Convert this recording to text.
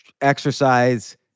exercise